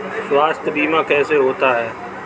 स्वास्थ्य बीमा कैसे होता है?